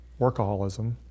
workaholism